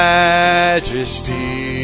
majesty